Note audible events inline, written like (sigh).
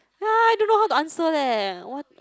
(noise) I don't know how to answer leh what